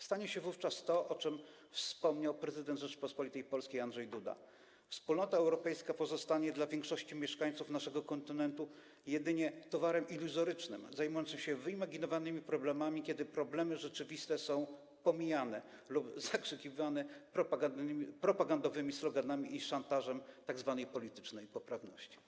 Stanie się wówczas to, o czym wspomniał prezydent Rzeczypospolitej Polskiej Andrzej Duda - Wspólnota Europejska pozostanie dla większości mieszkańców naszego kontynentu jedynie tworem iluzorycznym zajmującym się wyimaginowanymi problemami, a problemy rzeczywiste będą pomijane lub zakrzykiwane propagandowymi sloganami i szantażem tzw. politycznej poprawności.